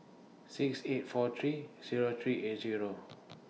six eight four three Zero three eight Zero